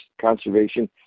conservation